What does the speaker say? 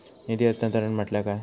निधी हस्तांतरण म्हटल्या काय?